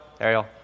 Ariel